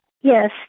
Yes